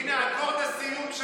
הינה, אקורד הסיום של